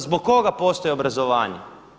Zbog koga postoji obrazovanje?